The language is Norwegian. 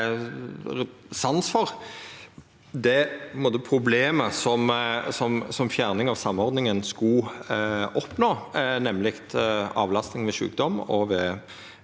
sans for det problemet som fjerning av samordningsregelen skulle oppnå, nemleg avlastning ved sjukdom og